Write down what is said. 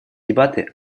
дебаты